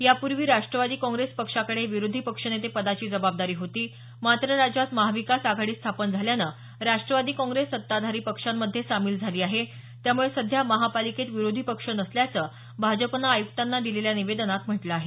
यापूर्वी राष्ट्रवादी काँग्रेस पक्षाकडे विरोधी पक्षनेते पदाची जबाबदारी होती मात्र राज्यात महाविकास आघाडी स्थापन झाल्यानं राष्ट्रवादी काँग्रेस सत्ताधारी पक्षांमध्ये सामील झाली आहे त्यामुळे सध्या महापालिकेत विरोधी पक्ष नसल्याचं भाजपनं आयुक्तांना दिलेल्या निवेदनात म्हटलं आहे